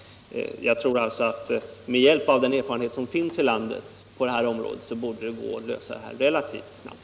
Jag tror alltså att det med hjälp av den erfarenhet som finns i landet på det här området borde gå att lösa problemet relativt snabbt.